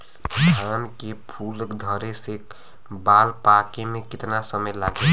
धान के फूल धरे से बाल पाके में कितना समय लागेला?